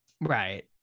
right